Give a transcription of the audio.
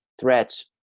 threats